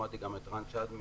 שמעתי גם את רן שדמי,